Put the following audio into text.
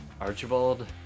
archibald